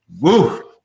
woo